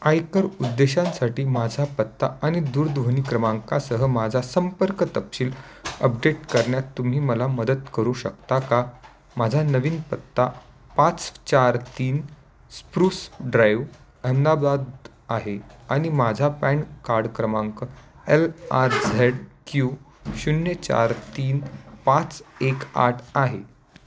आयकर उद्देशांसाठी माझा पत्ता आणि दूरध्वनी क्रमांकासह माझा संपर्क तपशील अपडेट करण्यात तुम्ही मला मदत करू शकता का माझा नवीन पत्ता पाच चार तीन स्फ्रूस ड्राइव्ह अहमदाबाद आहे आणि माझा पॅन कार्ड क्रमांक एल आर झेड क्यू शून्य चार तीन पाच एक आठ आहे